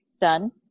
done